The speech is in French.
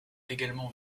également